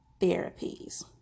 therapies